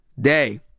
Day